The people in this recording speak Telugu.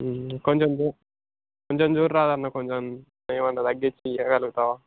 కొంచెం చు కొంచెం చూడరా అన్న కొంచెం ఎమన్న తగ్గించి ఇవ్వగలుగుతావా